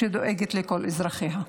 שדואגת לכל אזרחיה.